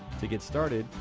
to get started,